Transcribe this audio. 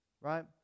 Right